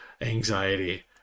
anxiety